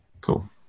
Cool